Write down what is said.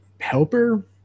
helper